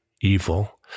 evil